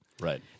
Right